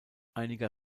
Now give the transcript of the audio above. einiger